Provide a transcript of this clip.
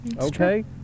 okay